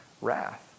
wrath